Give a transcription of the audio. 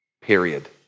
period